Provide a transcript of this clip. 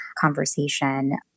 conversation